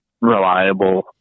reliable